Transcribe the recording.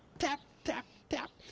tap, tap, tap.